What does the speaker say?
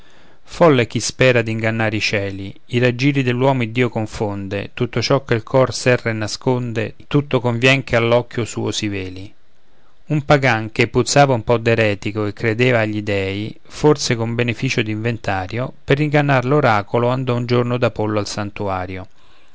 folle chi spera d'ingannare i cieli i raggiri dell'uomo iddio confonde tutto ciò che il tuo cor serra e nasconde tutto convien che all'occhio suo si sveli un pagan che puzzava un po d'eretico e credeva agli dèi forse con beneficio d'inventario per ingannar l'oracolo andò un giorno d'apollo al santuario